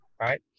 right